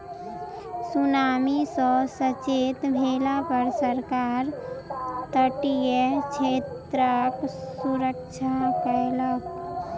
tsunami सॅ सचेत भेला पर सरकार तटीय क्षेत्रक सुरक्षा कयलक